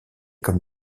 comme